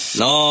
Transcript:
no